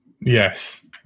Yes